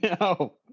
No